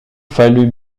fallut